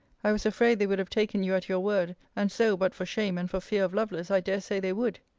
i was afraid they would have taken you at your word and so, but for shame, and for fear of lovelace, i dare say they would.